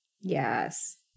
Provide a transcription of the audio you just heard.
Yes